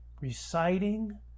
reciting